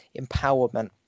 empowerment